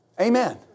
Amen